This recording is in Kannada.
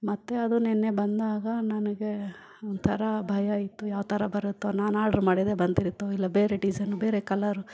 ಮತ್ತು ಅದು ನಿನ್ನೆ ಬಂದಾಗ ನನಗೆ ಒಂಥರಾ ಭಯ ಇತ್ತು ಯಾವ್ತರ ಬರುತ್ತೋ ನಾನು ಆರ್ಡ್ರ್ ಮಾಡಿದ್ದೆ ಬಂದಿರುತ್ತೊ ಇಲ್ಲ ಬೇರೆ ಡಿಸೈನ್ ಬೇರೆ ಕಲರು